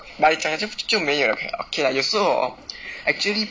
but 就没有了 eh okay 有时候 hor actually